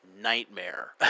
Nightmare